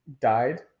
died